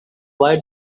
why